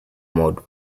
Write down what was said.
model